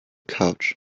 couch